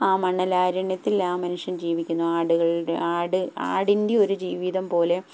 ആ മണലാരുണ്യത്തിൽ ആ മനുഷ്യൻ ജീവിക്കുന്നു ആടുകളുടെ ആട് ആടിൻ്റെ ഒരു ജീവിതം പോലെ